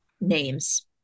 names